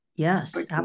Yes